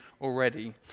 already